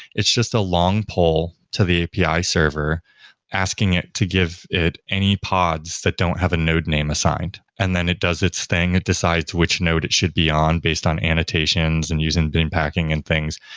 it's just a long pole to the api server asking it to give it any pods that don't have a node name assigned. and then it does its thing. it decides which node it should be on based on annotations and using bin packing and things.